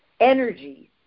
energy